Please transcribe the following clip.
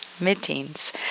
mid-teens